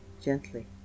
Gently